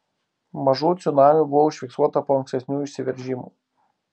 mažų cunamių buvo užfiksuota po ankstesnių išsiveržimų